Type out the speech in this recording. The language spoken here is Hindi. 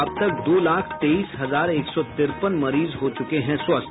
अब तक दो लाख तेईस हजार एक सौ तिरपन मरीज हो चुके हैं स्वस्थ